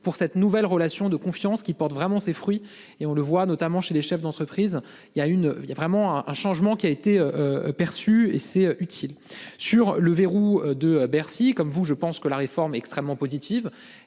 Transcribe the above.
pour cette nouvelle relation de confiance qui porte vraiment ses fruits et on le voit, notamment chez les chefs d'entreprise il y a une il y a vraiment un changement qui a été perçu et c'est utile sur le verrou de Bercy comme vous je pense que la réforme est extrêmement positive,